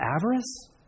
Avarice